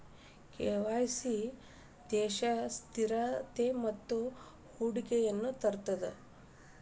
KYC ದೇಶಕ್ಕ ಸ್ಥಿರತೆ ಮತ್ತ ಹೂಡಿಕೆಯನ್ನ ತರ್ತದ